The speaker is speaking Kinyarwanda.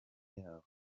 yabo